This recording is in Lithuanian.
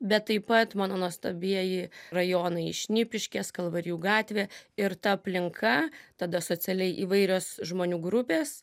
bet taip pat mano nuostabieji rajonai šnipiškės kalvarijų gatvė ir ta aplinka tada socialiai įvairios žmonių grupės